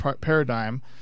paradigm